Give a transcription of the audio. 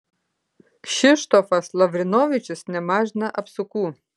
kšištofas lavrinovičius nemažina apsukų